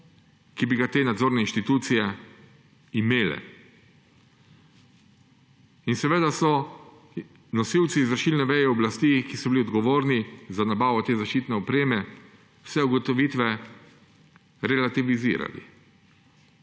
ki bi ga te nadzorne inštitucije imele. In seveda so nosilci izvršilne veje oblasti, ki so bili odgovorni za nabavo te zaščitne opreme, vse ugotovitve relativizirali.